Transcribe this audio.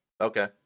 Okay